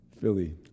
Philly